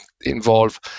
involve